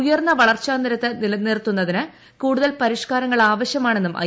ഉയർന്ന വളർച്ചാനിരക്ക് നിലനിർത്തുന്നതിന് കൂടുതൽ പരിഷ്കാരങ്ങൾ ആവശൃമാണെന്നും ഐ